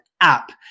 app